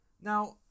Now